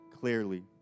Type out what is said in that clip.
clearly